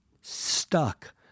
stuck